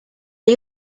est